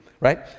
right